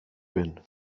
bin